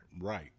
Right